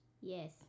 Yes